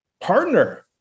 partner